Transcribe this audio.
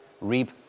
reap